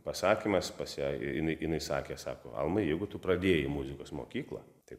pasakymas pas ją jinai jinai sakė sako almai jeigu tu pradėjai muzikos mokyklą tai